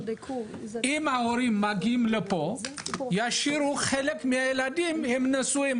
אם ההורים מגיעים לפה ישאירו חלק מהילדים הנשואים.